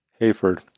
Hayford